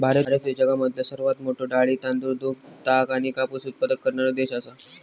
भारत ह्यो जगामधलो सर्वात मोठा डाळी, तांदूळ, दूध, ताग आणि कापूस उत्पादक करणारो देश आसा